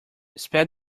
spare